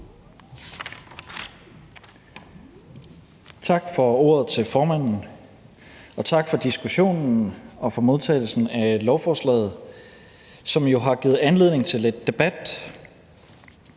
Tak til formanden for ordet, og tak for diskussionen og for modtagelsen af lovforslaget, som jo har givet anledning til lidt debat